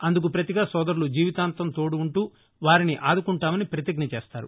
అందుకు ప్రతిగా సోదరులు జీవితాంతాం తోడు ఉంటూ వారిని ఆదుకుంటామని ప్రతిజ్ఞ చేస్తారు